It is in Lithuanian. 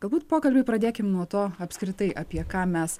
galbūt pokalbį pradėkim nuo to apskritai apie ką mes